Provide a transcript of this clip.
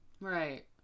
right